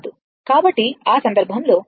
కాబట్టి ఆ సందర్భంలో వాలు 5 T 4